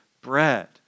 bread